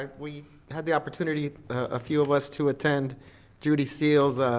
ah we had the opportunity, a few of us, to attend judy seal's